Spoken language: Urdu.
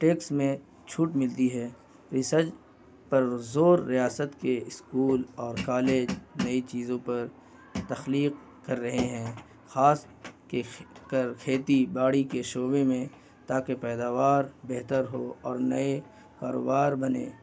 ٹیکس میں چھوٹ ملتی ہے ریسرچ پر زور ریاست کے اسکول اور کالج نئی چیزوں پر تخلیق کر رہے ہیں خاص کے کر کھیتی باڑی کے شعبے میں تاکہ پیداوار بہتر ہو اور نئے کاروبار بنے